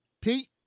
Pete